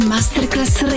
Masterclass